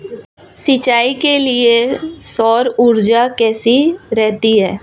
सिंचाई के लिए सौर ऊर्जा कैसी रहती है?